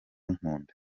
nkunda